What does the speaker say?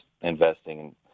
investing